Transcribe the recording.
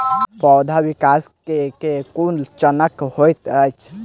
पौधाक विकास केँ केँ कुन चरण हएत अछि?